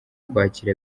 kwakira